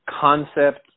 concept